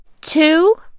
two